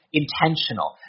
intentional